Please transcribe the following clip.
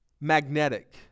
magnetic